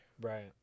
Right